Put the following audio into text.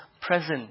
present